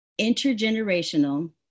Intergenerational